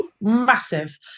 massive